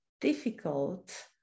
difficult